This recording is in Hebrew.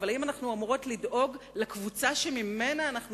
אבל האם אנחנו אמורות לדאוג לקבוצה שממנה אנחנו